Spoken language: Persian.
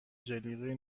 جلیقه